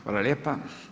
Hvala lijepa.